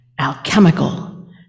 alchemical